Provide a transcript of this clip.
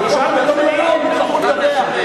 תהפוך את זה לאי-אמון, יצטרכו לדווח.